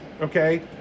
okay